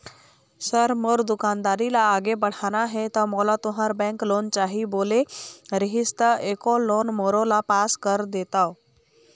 Sir मोर दुकानदारी ला आगे बढ़ाना हे ता मोला तुंहर बैंक लोन चाही बोले रीहिस ता एको लोन मोरोला पास कर देतव?